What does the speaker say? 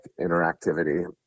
interactivity